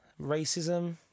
racism